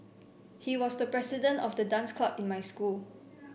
he was the president of the dance club in my school